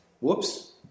Whoops